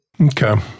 Okay